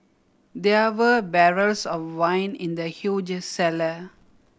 there were barrels of wine in the huge cellar